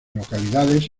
localidades